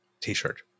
T-shirt